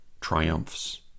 triumphs